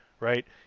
right